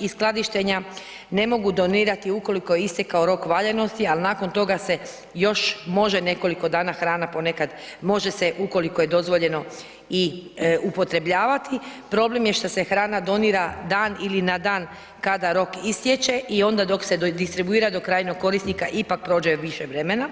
i skladištenja, ne mogu donirati ukoliko je istekao rok valjanosti, al nakon toga se još može nekoliko dana hrana ponekad može se ukoliko je dozvoljeno i upotrebljavati, problem je što se hrana donira dan ili na dan kada rok istječe i onda dok se distribuira do krajnjeg korisnika ipak prođe više vremena.